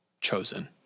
chosen